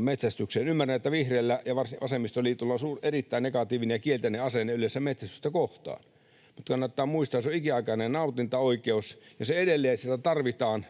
metsästykseen... Ymmärrän, että vihreillä ja vasemmistoliitolla on erittäin negatiivinen ja kielteinen asenne yleensä metsästystä kohtaan, mutta kannattaa muistaa, että se on ikiaikainen nautintaoikeus ja edelleen sitä tarvitaan